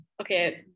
Okay